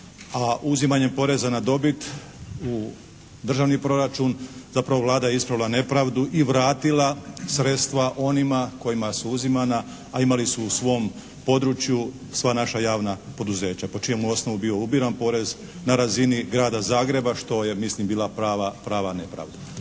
a uzimanjem poreza na dobit u državni proračun zapravo Vlada je ispravila nepravdu i vratila sredstva onima kojima su uzimana a imali su u svom području sva naša javna poduzeća po čijem osnovu je bio ubiran porez na razini grada Zagreba što je mislim bila prava nepravda.